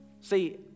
see